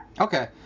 Okay